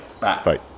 bye